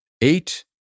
Eight